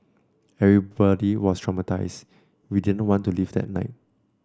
everybody was traumatised we didn't want to leave that night